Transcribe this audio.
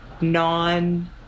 non